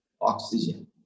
oxygen